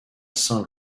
saint